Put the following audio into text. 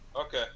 Okay